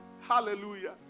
Hallelujah